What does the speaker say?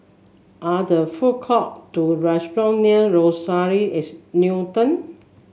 are there food court or restaurants near Rochelle at Newton